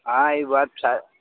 હા એ વાત સાચ